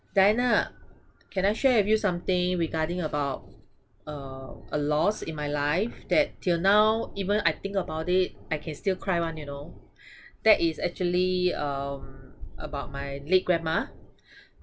diana can I share with you something regarding about uh a loss in my life that till now even I think about it I can still cry [one] you know that is actually um about my late grandma